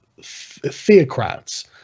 theocrats